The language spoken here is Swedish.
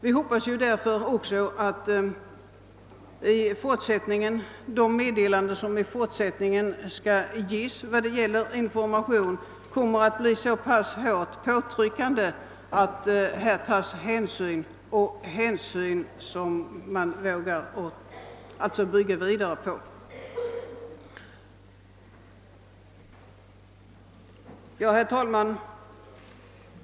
Vi hoppas därför att de anvisningar som i fortsättningen skall ges beträffande information kommer att så utformas att nödig hänsyn tas. Herr talman!